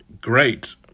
Great